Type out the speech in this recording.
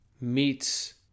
meets